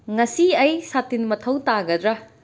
ꯉꯁꯤ ꯑꯩ ꯁꯥꯇꯤꯟ ꯃꯊꯧ ꯇꯥꯒꯗ꯭ꯔꯥ